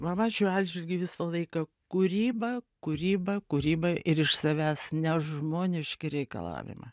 mama šiuo atžvilgiu visą laiką kūryba kūryba kūryba ir iš savęs nežmoniški reikalavimai